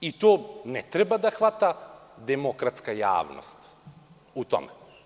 To ne treba da hvata demokratska javnost u tome.